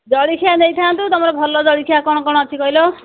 ଜଳଖିଆ ନେଇଥାନ୍ତୁ ତୁମର ଭଲ ଜଳଖିଆ କ'ଣ କ'ଣ ଅଛି କହିଲ